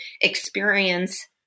experience